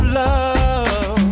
love